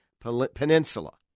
Peninsula